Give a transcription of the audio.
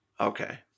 Okay